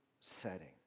setting